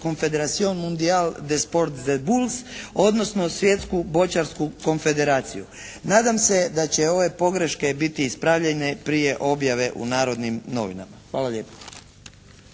Confederacion mundial de sport de bulls odnosno Svjetsku boćarsku konfederaciju. Nadam se da će ove pogreške biti ispravljene prije objave u "Narodnim novinama". Hvala lijepo.